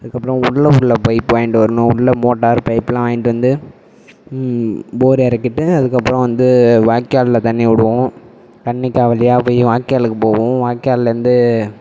அதுக்கப்புறம் உள்ள உள்ளே பைப் வாங்கிட்டு வரணும் உள்ளே மோட்டாரு பைப்பெலாம் வாங்கிட்டு வந்து போர் இறக்கிட்டு அதுக்கப்புறம் வந்து வாய்க்காலில் தண்ணி விடுவோம் தண்ணிக்காக வழியாக போய் வாய்க்காலுக்கு போகும் வாய்க்கால்லேருந்து